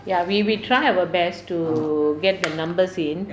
ya we we try our best to get the numbers in